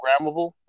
programmable